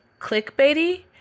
clickbaity